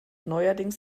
neuerdings